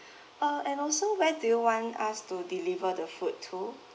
uh and also where do you want us to deliver the food to